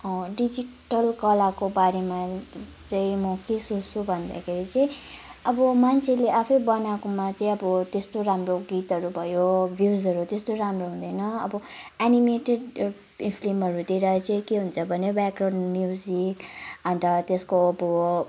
digital कलाको बारेमा चाहिँ म के सोच्छु भन्दाखेरि चाहिँ अब मान्छेले आफै बनाएकोमा चाहिँ अब त्यस्तो राम्रो गितहरू भयो भिउजहरू त्यस्तो राम्रो हुँदैन अब एनिमेटेड फिल्महरूतिर चाहिँ के हुन्छ भने चाहिँ ब्याकग्राउन्ड म्युजिक अन्त त्यसको अब